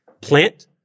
plant